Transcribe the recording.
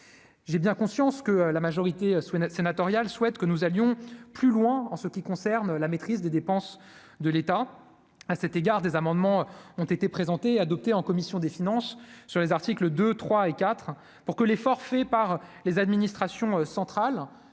j'ai bien conscience que la majorité souhaite sénatoriale souhaite que nous allions plus loin en ce qui concerne la maîtrise des dépenses de l'État, à cet égard des amendements ont été présentés, adopté en commission des finances sur les articles 2 3 et 4 pour que l'effort fait par les administrations centrales